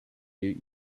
you